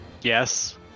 yes